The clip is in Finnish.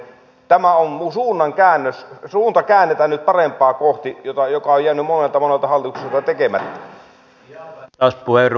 tämä on suunnan käännös suunta käännetään nyt parempaa kohti mikä on jäänyt monelta monelta hallitukselta tekemättä